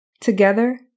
Together